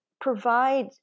provide